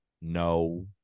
No